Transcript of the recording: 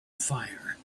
fire